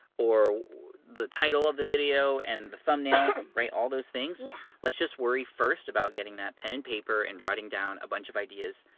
or the title of the video, and the thumbnail, right, all those things yeah let's just worry first about getting that pen and paper and writing down a bunch of ideas